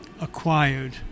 acquired